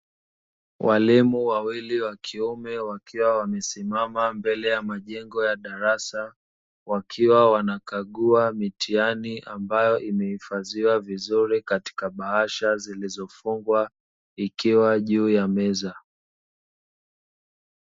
Walimu wawili wa kiume wakiwa wamesimama mbele ya majengo ya madarasa wakiwa wanakagua mitihani, ambayo imehifadhiwa vizuri katika bahasha zilizofungwa zikiwa juu ya meza.